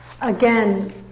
Again